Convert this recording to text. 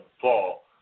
fall